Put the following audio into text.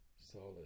solid